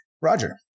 Roger